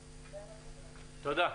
תודה.